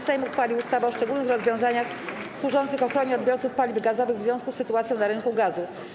Sejm uchwalił ustawę o szczególnych rozwiązaniach służących ochronie odbiorców paliw gazowych w związku z sytuacją na rynku gazu.